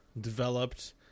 developed